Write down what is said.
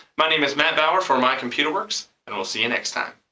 my name is matt bauer for my computer works, and we'll see ya next time.